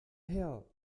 her